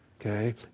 okay